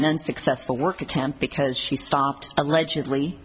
unsuccessful work attempt because she stopped allegedly